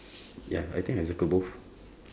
ya I think I circle both